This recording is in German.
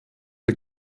the